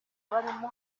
barimo